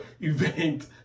event